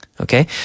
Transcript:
Okay